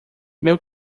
meu